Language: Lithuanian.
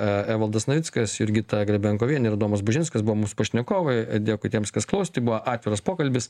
evaldas navickas jurgita grebenkovienė ir domas bužinskas buvo mūsų pašnekovai dėkui tiems kas klausėte tai buvo atviras pokalbis